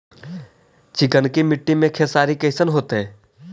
चिकनकी मट्टी मे खेसारी कैसन होतै?